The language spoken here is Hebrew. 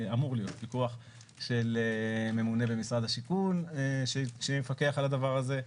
אמור להיות של ממונה במשרד השיכון על הדבר הזה,